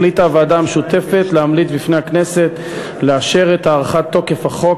החליטה הוועדה המשותפת להמליץ בפני הכנסת לאשר את הארכת תוקף החוק,